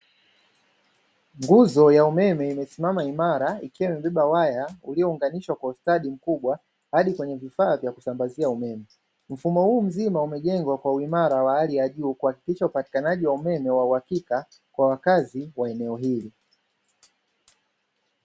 Nguzo ya umeme imesimama imara ikiwa imebeba waya uliozungushwa kwa ustadi mkubwa hadi kwenye vifaa vya kusambazia umeme. Mfumo huu mzima umejengwa kwa uimara wa hali ya juu kuhakikisha upatikanaji wa umeme wa uhakika kwa wakazi wa eneo hili.